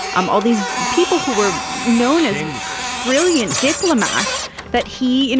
um all these people who were known as things brilliant diplomats that he, and